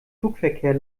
flugverkehr